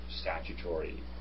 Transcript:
statutory